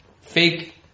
fake